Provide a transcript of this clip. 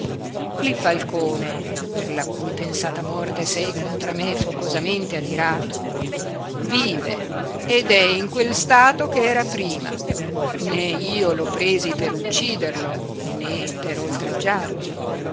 il falcone per la cui pensata morte sei contra me focosamente adirato vive ed è in quel stato che era prima né io lo presi per ucciderlo né per oltraggiarti